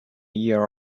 year